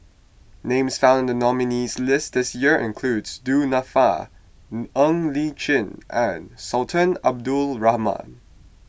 names found in the nominees' list this year includes Du Nanfa Ng Li Chin and Sultan Abdul Rahman